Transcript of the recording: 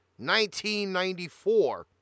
1994